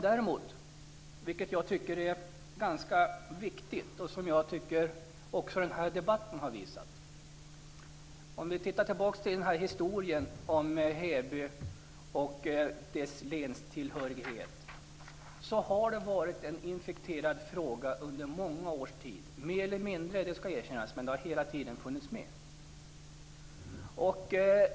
Däremot - vilket jag tycker är ganska viktigt och som också den här debatten har visat - har historien om Hebys länstillhörighet varit en infekterad fråga under många års tid, mer eller mindre - det skall erkännas - men frågan har hela tiden funnits med.